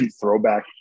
throwback